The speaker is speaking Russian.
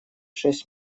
шесть